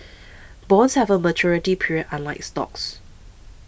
bonds have a maturity period unlike stocks